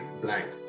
blank